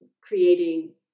creating